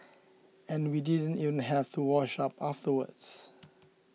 and we didn't even have to wash up afterwards